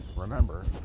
Remember